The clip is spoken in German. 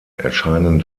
erscheinen